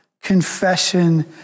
confession